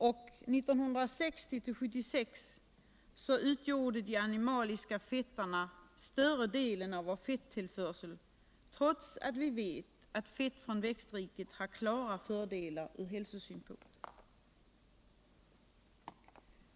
1960-1976 utgjorde de animaliska fetterna större delen av vår fettillförsel, trots att vi vet att fett: från växtriket har klara fördelar från hälsosynpunkt.